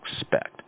expect